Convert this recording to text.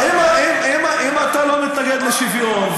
אז אם אתה לא מתנגד לשוויון,